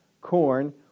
corn